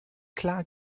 klar